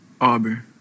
Auburn